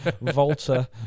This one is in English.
volta